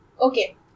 okay